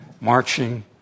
marching